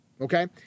okay